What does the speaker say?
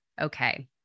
okay